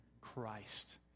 Christ